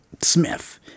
Smith